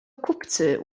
kupcy